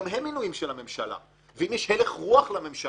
גם הם מינויים של הממשלה; ואם יש הלך רוח לממשלה,